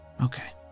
Okay